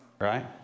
right